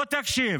בוא תקשיב,